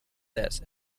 this